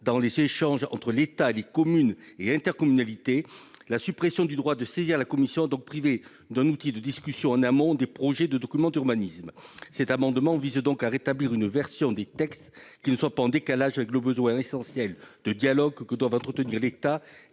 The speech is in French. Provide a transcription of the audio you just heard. dans les échanges entre l'État, les communes et les intercommunalités. La suppression du droit de saisir la commission a privé ces collectivités d'un outil de discussion en amont des projets de documents d'urbanisme. Cet amendement vise à rétablir une version des textes qui ne soit pas en décalage avec la nécessité d'un dialogue entre l'État